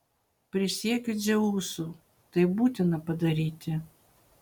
prisiekiu dzeusu tai būtina padaryti